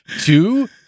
two